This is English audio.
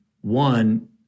one